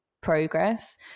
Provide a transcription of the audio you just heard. progress